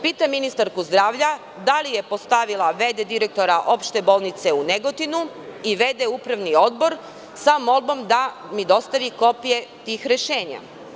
Pitam ministarku zdravlja – da li je postavila v.d. direktora Opšte bolnice u Negotinu i v.d. upravni odbor sa molbom da mi dostavi kopije tih rešenja?